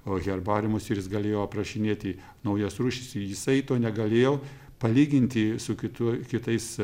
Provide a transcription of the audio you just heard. o herbariumus ir jis galėjo aprašinėti naujas rūšis jisai to negalėjo palyginti su kitų kitais